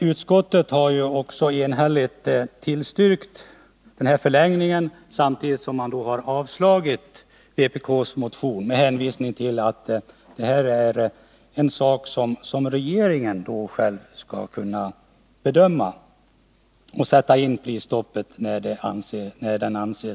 Utskottet har också enhälligt tillstyrkt den förlängning av lagen som regeringen har föreslagit samtidigt som utskottet har avstyrkt vpk-motionen — med hänvisning till att regeringen själv skall göra bedömningar i detta hänseende och sätta in prisstoppet när den anser det befogat.